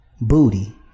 Booty